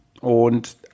und